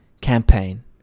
campaign